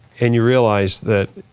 and you realize that,